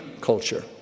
culture